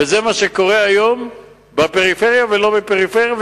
וזה מה שקורה היום בפריפריה ולא בפריפריה.